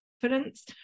confidence